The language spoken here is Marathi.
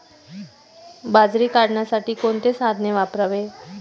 बाजरी काढण्यासाठी कोणते साधन वापरावे?